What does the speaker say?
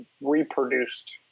reproduced